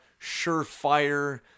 surefire